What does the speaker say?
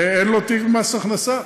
ואין לו תיק במס הכנסה.